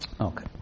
Okay